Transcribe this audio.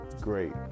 great